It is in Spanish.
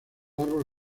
árbol